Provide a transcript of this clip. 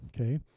Okay